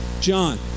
John